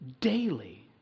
daily